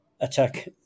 attack